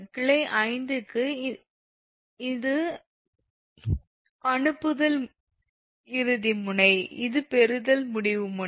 கிளை 5 க்கு இது அனுப்புதல் இறுதி முனை இது பெறுதல் முடிவு முனை